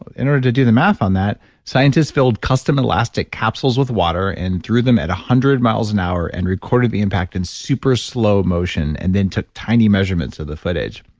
in order to do the math on that scientists filled custom elastic capsules with water and threw them at one hundred miles an hour and recorded the impact in super slow motion and then took tiny measurements of the footage.